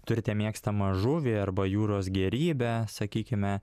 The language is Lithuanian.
turite mėgstamą žuvį arba jūros gėrybę sakykime